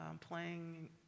playing